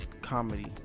comedy